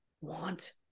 want